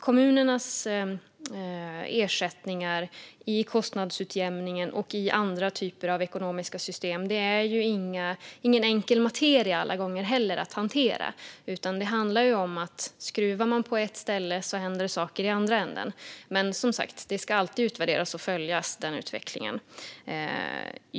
Kommunernas ersättningar i kostnadsutjämningssystemet och i andra ekonomiska system är heller ingen enkel materia att hantera. Skruvar man på ett ställe händer det saker i andra änden. Men utvecklingen ska som sagt alltid följas och utvärderas.